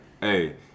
Hey